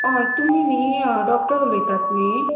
आं तूमी न्ही डॉक्टर उलयतात न्ही